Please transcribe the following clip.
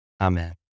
Amen